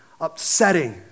upsetting